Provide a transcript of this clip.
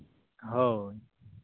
ᱦᱳᱭ